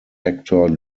actor